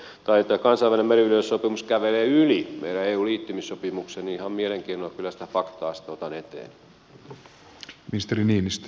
jos joku väittää että kansainvälinen meriyleisoikeussopimus kävelee yli meidän eu liittymissopimuksemme niin ihan mielenkiinnolla kyllä sitä faktaa sitten otan eteen